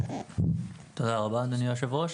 אדוני היושב-ראש.